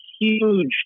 huge